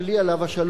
עליו השלום,